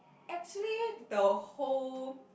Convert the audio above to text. actually the whole